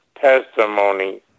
testimony